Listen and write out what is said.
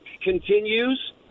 continues